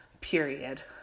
period